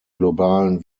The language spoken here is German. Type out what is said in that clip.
globalen